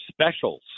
specials